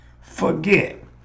forget